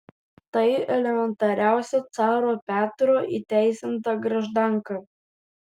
tai elementariausia caro petro įteisinta graždanka